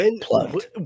plugged